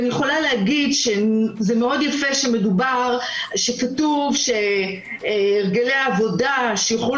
זה מאוד יפה שכתוב: הרגלי עבודה שיוכלו